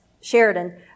Sheridan